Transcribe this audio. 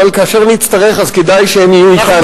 אבל כאשר נצטרך אז כדאי שהם יהיו אתנו.